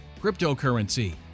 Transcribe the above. cryptocurrency